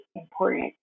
important